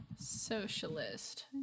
Socialist